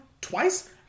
twice